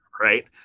right